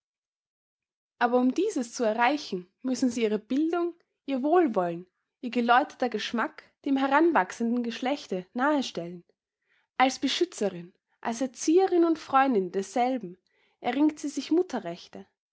aber um dieses zu erreichen müssen sie ihre bildung ihr wohlwollen ihr geläuterter geschmack dem heranwachsenden geschlechte nahe stellen als beschützerin als erzieherin und freundin desselben erringt sie sich